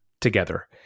together